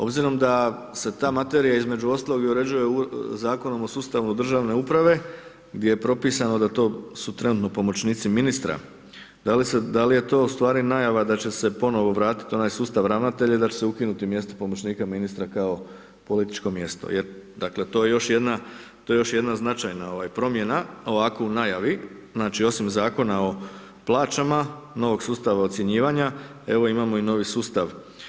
Obzirom da se ta materija između ostalog i uređuje Zakonom o sustavu državne uprave gdje je propisano da to su trenutno pomoćnici ministra, da li je to ustvari najava da će se ponovno vratiti onaj sustav ravnatelja i da će se ukinuti mjesto pomoćnika ministra kao političko mjesto jer dakle to je još jedna značajna promjena ovako u najavi, znači osim Zakona o plaćama, novog sustava ocjenjivanja, evo imamo i novi sustav.